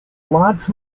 lots